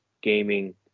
gaming